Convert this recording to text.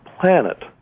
planet